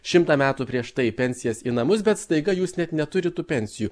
šimtą metų prieš tai pensijas į namus bet staiga jūs net neturit tų pensijų